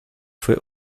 fue